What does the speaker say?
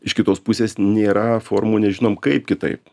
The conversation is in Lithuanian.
iš kitos pusės nėra formų nežinom kaip kitaip